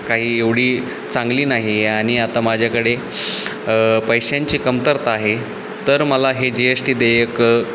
काही एवढी चांगली नाही आहे आणि आता माझ्याकडे पैशांची कमतरता आहे तर मला हे जी एश टी देयक